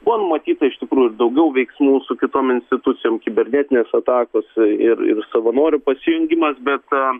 buvo numatyta iš tikrųjų ir daugiau veiklų su kitom institucijom kibernetinės atakos ir ir savanorių pasirengimas bet